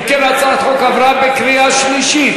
אם כן, הצעת החוק עברה בקריאה שלישית.